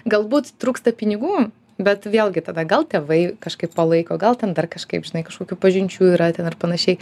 galbūt trūksta pinigų bet vėlgi tada gal tėvai kažkaip palaiko gal ten dar kažkaip žinai kažkokių pažinčių yra ten ir panašiai